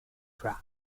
brown